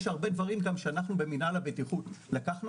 יש הרבה דברים שאנחנו במנהל הבטיחות לקחנו